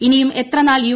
ഇനിയും എത്ര നാൾ യു